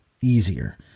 easier